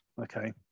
okay